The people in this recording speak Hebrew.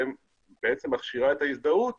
שבעצם מכשירה את ההזדהות